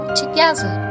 together